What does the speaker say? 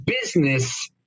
business